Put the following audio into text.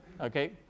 okay